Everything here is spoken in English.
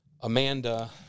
Amanda